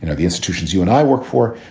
you know the institutions you and i work for,